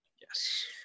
Yes